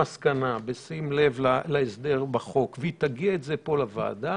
בשים לב להמלצת הרשויות הרלוונטיות